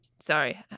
Sorry